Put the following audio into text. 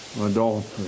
adultery